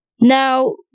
now